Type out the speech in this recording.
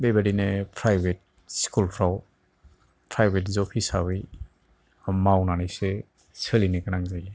बेबायदिनो प्राइभेट स्कुलफ्राव private job हिसाबै मावनानैसो सोलिनो गोनां जायो